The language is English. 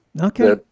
Okay